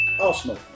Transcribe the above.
Arsenal